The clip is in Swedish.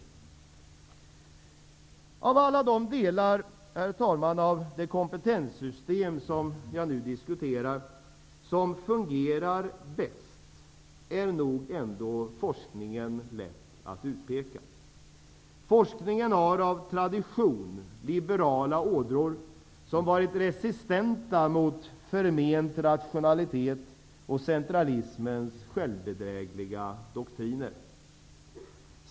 Herr talman! Av alla de delar i det kompetenssystem som jag nu diskuterar som fungerar bäst, är forskningen lätt att utpeka. Forskningen har av tradition liberala ådror som varit resistenta mot förment rationalitet och centralismens självbedrägliga doktriner.